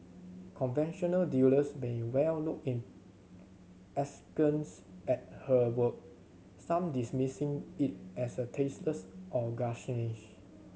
conventional dealers may well look in askance at her work some dismissing it as a tasteless or